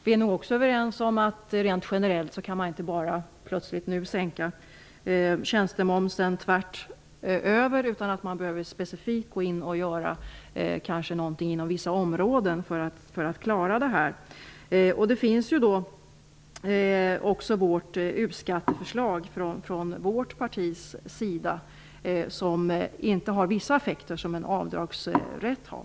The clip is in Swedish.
Vi är nog också överens om att man inte bara plötsligt kan sänka tjänstemomsen rakt över. Man behöver kanske göra någonting inom vissa specifika områden för att klara av detta. Vårt parti har kommit med ett förslag om uskattesedel, som inte har vissa effekter som en avdragsrätt har.